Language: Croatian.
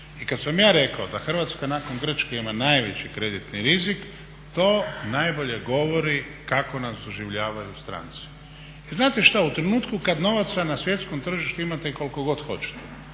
I kad sam ja rekao da Hrvatska nakon Grčke ima najveći kreditni rizik to najbolje govori kako nas doživljavaju stranci. Jer znate šta? U trenutku kad novaca na svjetskom tržištu imate koliko god hoćete,